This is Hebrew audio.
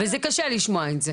וזה קשה לשמוע את זה.